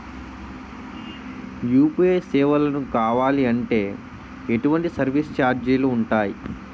UPI సేవలను కావాలి అంటే ఎటువంటి సర్విస్ ఛార్జీలు ఉంటాయి?